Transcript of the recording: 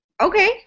Okay